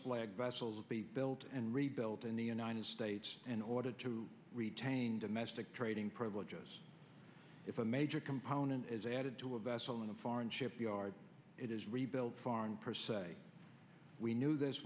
flag vessels be built and rebuilt in the united states in order to retain domestic trading privileges if a major component is added to a vessel in a foreign shipyard it is rebuilt farm per se we knew this